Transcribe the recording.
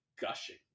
gushing